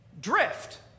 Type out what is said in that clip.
drift